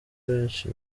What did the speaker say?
benshi